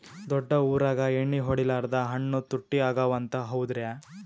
ದೊಡ್ಡ ಊರಾಗ ಎಣ್ಣಿ ಹೊಡಿಲಾರ್ದ ಹಣ್ಣು ತುಟ್ಟಿ ಅಗವ ಅಂತ, ಹೌದ್ರ್ಯಾ?